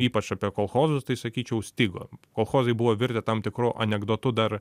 ypač apie kolchozus tai sakyčiau stigo kolchozai buvo virtę tam tikru anekdotu dar